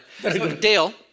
Dale